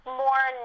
more